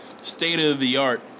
state-of-the-art